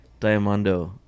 Diamondo